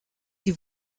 die